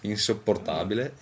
Insopportabile